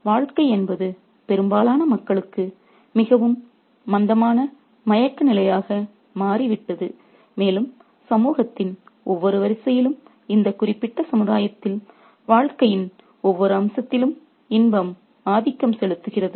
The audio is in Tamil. வாழ்க்கை என்பது பெரும்பாலான மக்களுக்கு மிகவும் மந்தமான மயக்க நிலையாக மாறிவிட்டது மேலும் சமூகத்தின் ஒவ்வொரு வரிசையிலும் இந்தக் குறிப்பிட்ட சமுதாயத்தில் வாழ்க்கையின் ஒவ்வொரு அம்சத்திலும் இன்பம் ஆதிக்கம் செலுத்துகிறது